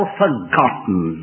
forgotten